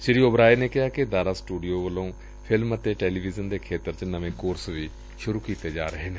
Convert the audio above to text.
ਸ਼ੀ ਓਬਰਾਏ ਨੇਂ ਕਿਹਾ ਕਿ ਦਾਰਾ ਸਟੂਡੀਓ ਵਲੋਂ ਫਿਲਮ ੱਅਤੇ ਟੈਲੀਵਿਜ਼ਨ ਦੇ ਖੇਤਰ 'ਚ ਨਵੇਂ ਕੋਰਸ ਵੀ ਸੁਰੂ ਕੀਤੇ ਨੇ